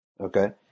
okay